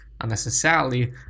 unnecessarily